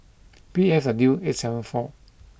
P F W eight seven four